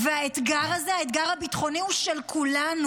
האתגר הזה, האתגר הביטחוני, הוא של כולנו.